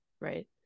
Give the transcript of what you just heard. right